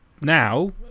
Now